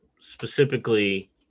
specifically